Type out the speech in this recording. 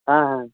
ᱦᱮᱸ ᱦᱮᱸ ᱦᱮᱸ